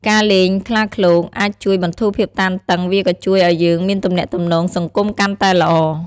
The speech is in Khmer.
ការលេងខ្លាឃ្លោកអាចជួយបន្ធូរភាពតានតឹងវាក៏ជួយឱ្យយើងមានទំនាក់ទំនងសង្គមកាន់តែល្អ។